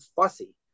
fussy